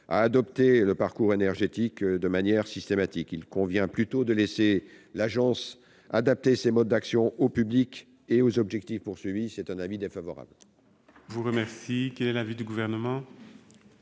à adopter le parcours énergétique de manière systématique. Il convient plutôt, selon moi, de laisser l'agence adapter ses modes d'action aux publics et aux objectifs recherchés. Avis défavorable.